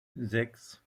sechs